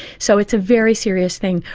so it's a very serious thing.